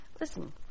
Listen